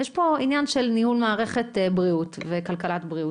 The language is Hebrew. יש פה עניין של ניהול מערכת בריאות וכלכלת בריאות,